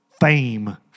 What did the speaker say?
fame